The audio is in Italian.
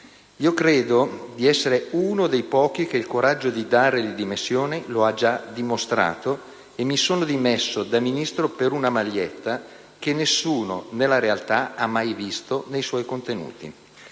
Io credo di essere uno dei pochi che il coraggio di dare le dimissioni lo ha già dimostrato e mi sono dimesso da Ministro per una maglietta che nessuno nella realtà ha mai visto nei suoi contenuti.